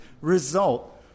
result